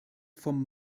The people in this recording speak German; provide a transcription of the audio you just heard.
vom